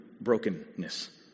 brokenness